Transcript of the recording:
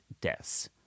deaths